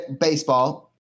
baseball